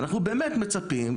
אנחנו באמת מצפים,